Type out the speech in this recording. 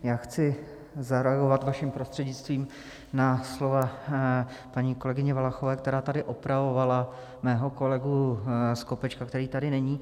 Já chci zareagovat vaším prostřednictvím na slova paní kolegyně Valachové, která tady opravovala mého kolegu Skopečka, který tady není.